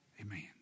Amen